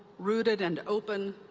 rooted and open,